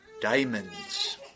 diamonds